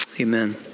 amen